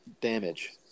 damage